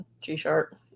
G-sharp